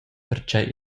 pertgei